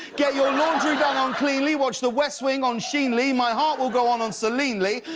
get your laundry done on cleanly, watch the west wing on sheen-ly, my heart will go on on celine-ly,